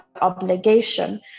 obligation